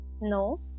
No